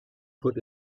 put